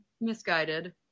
Misguided